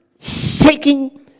shaking